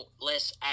less